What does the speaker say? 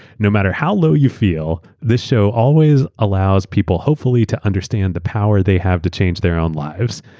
no matter how low you feel this show always allows people, hopefully, to understand the power they have to change their own lives.